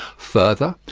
further,